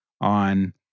on